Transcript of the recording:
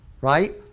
right